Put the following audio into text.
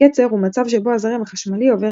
קצר הוא מצב שבו הזרם החשמלי עובר